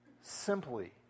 simply